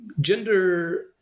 gender